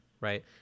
right